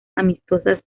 amistosas